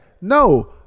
No